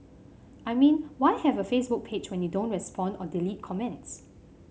I mean why have a Facebook page when you don't respond or delete comments